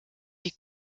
die